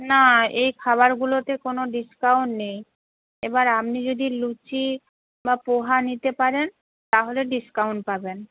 না এই খাবারগুলোতে কোনো ডিসকাউন্ট নেই এবার আপনি যদি লুচি বা পোহা নিতে পারেন তাহলে ডিসকাউন্ট পাবেন